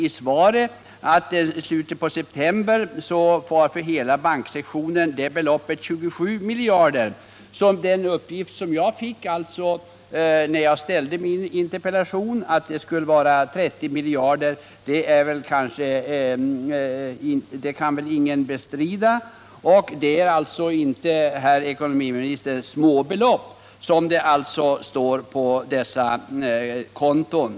I svaret sägs att beloppet för hela banksektorn i slutet på september var 27 miljarder. Uppgiften i min in= == terpellation att det skulle röra sig om 30 miljarder kan väl knappast — Om åtgärder för att bestridas. Det är alltså, herr ekonomiminister, inte några småbelopp som = nedbringa den s.k. finns insatta på dessa konton.